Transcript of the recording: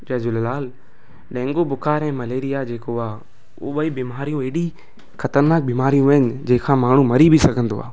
जय Jhulelal dengue बुख़ारु ऐं malaria जेको आहे उहे ॿई बिमारियूं हेॾी ख़तरनाकु बीमारियूं आहिनि जेका माण्हू मरी बि सघंदो आहे